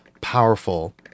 powerful